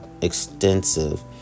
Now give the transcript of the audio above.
extensive